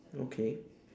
okay